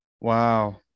Wow